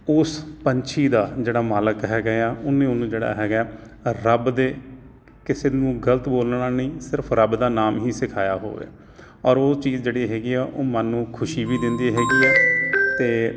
ਉਸ ਪੰਛੀ ਦਾ ਜਿਹੜਾ ਮਾਲਕ ਹੈਗਾ ਆ ਉਹਨੇ ਉਹਨੂੰ ਜਿਹੜਾ ਹੈਗਾ ਰੱਬ ਦੇ ਕਿਸੇ ਨੂੰ ਗਲਤ ਬੋਲਣਾ ਨਹੀਂ ਸਿਰਫ਼ ਰੱਬ ਦਾ ਨਾਮ ਹੀ ਸਿਖਾਇਆ ਹੋਵੇ ਔਰ ਉਸ ਚੀਜ਼ ਜਿਹੜੀ ਹੈਗੀ ਆ ਉਹ ਮਨ ਨੂੰ ਖੁਸ਼ੀ ਵੀ ਦਿੰਦੀ ਹੈਗੀ ਆ ਅਤੇ